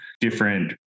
different